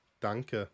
Danke